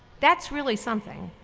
that's really something.